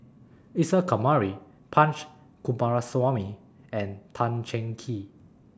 Isa Kamari Punch Coomaraswamy and Tan Cheng Kee